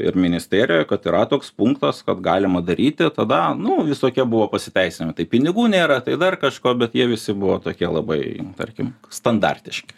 ir ministerijoj kad yra toks punktas kad galima daryti tada nu visokie buvo pasiteisinimai tai pinigų nėra tai dar kažko bet jie visi buvo tokie labai tarkim standartiški